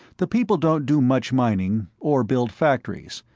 the people don't do much mining, or build factories,